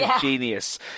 genius